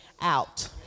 out